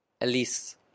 Elise